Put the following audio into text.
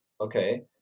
okay